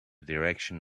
direction